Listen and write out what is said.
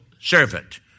servant